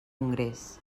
congrés